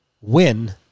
win